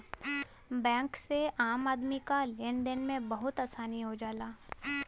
bank से आम आदमी क लेन देन में बहुत आसानी हो जाला